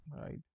Right